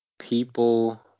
people